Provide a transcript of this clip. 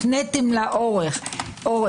הפניתם לה עורף.